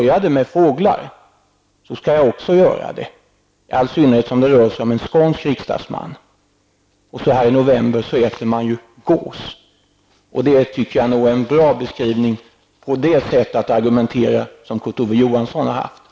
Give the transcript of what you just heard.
Jag skall också göra det, i synnerhet som det rör sig om en skånsk riksdagsman. I november äter man ju gås. Den parallellen tycker jag är en bra beskrivning på när det gäller det sätt som Kurt Ove Johansson har argumenterat på.